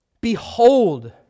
Behold